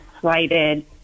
slighted